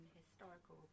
historical